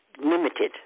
limited